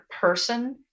person